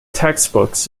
textbooks